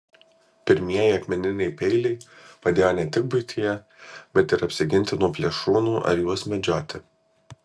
pirmieji akmeniniai peiliai padėjo ne tik buityje bet ir apsiginti nuo plėšrūnų ar juos medžioti